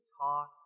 talk